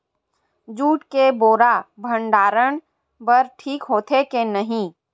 Jute के बोरा भंडारण बर ठीक होथे के नहीं?